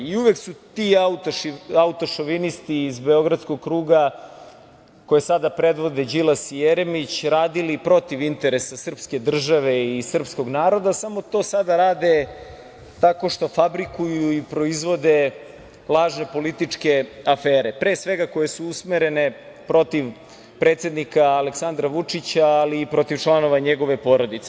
Uvek su ti autošovinisti iz beogradskog kruga, koje sada predvode Đilas i Jeremić, radili protiv interesa srpske države i srpskog naroda, samo to sada rade tako što fabrikuju i proizvode lažne političke afere, pre svega koje su usmerene protiv predsednika Aleksandra Vučića, ali i protiv članova njegove porodice.